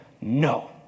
no